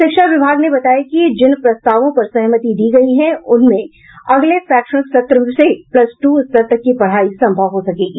शिक्षा विभाग ने बताया कि जिन प्रस्तावाओं पर सहमति दी गयी है उनमें अगले शैक्षणिक सत्र से प्लस टू स्तर तक की पढ़ाई सम्भव हो सकेगी